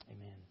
Amen